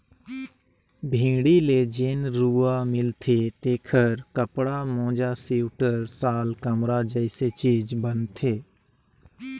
भेड़ी ले जेन रूआ मिलथे तेखर कपड़ा, मोजा सिवटर, साल, कमरा जइसे चीज बनथे